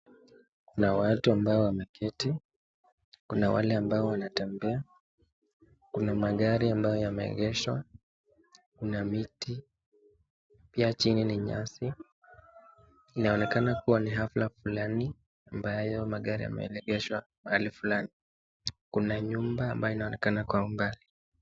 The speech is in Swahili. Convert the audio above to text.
Kuna watu ambao wameketi, kuna wale ambao wanatembea. Kuna magari ambayo yameegeshwa, kuna miti. Pia chini ni nyasi. Inaonekana kuwa ni hafla fulani ambayo magari yameelekeshwa mahali fulani. Kuna nyumba ambayo inaonekana kwa mbali.